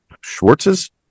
Schwartz's